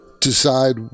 decide